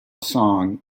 song